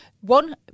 one